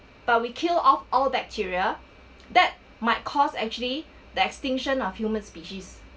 but we kill off all bacteria that might cause actually the extinction of human species